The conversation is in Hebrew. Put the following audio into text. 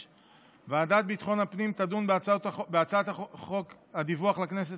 ועדת ביטחון הפנים תדון בהצעת חוק דיווח לכנסת